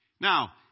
Now